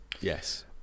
yes